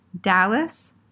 Dallas